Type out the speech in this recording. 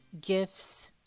gifts